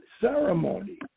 ceremony